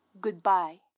Goodbye